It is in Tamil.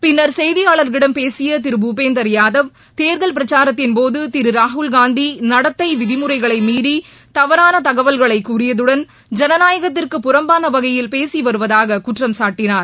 பின்னர் செய்தியாளர்களிடம் பேசிய திரு பூபேந்தர் யாதவ் தேர்தல் பிரச்சாரத்தின் போது திரு ராகுல்காந்தி நடத்தை விதிமுறைகளை மீறி தவறான தகவல்களை கூறியதுடன் ஜனநாயகத்திற்கு புறம்பான வகையில் பேசி வருவதாக குற்றம் சாட்டினார்